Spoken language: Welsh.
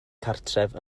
cartref